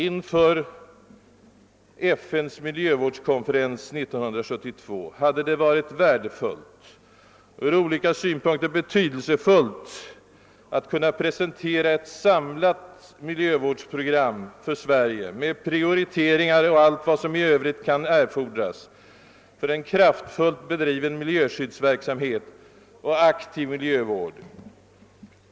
Inför FN:s miljövårdskonferens 1972 hade det från olika synpunkter varit betydelsefullt att kunna presentera ett samlat miljövårdsprogram för Sverige med prioriteringar och allt vad som i övrigt kan erfordras för en kraft fullt bedriven miljöskyddsverksamhet och aktiv miljövård.